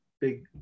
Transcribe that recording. big